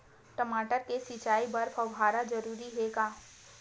टमाटर के सिंचाई बर फव्वारा जरूरी हे का?